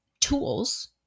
tools